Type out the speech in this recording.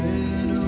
Red